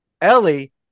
Ellie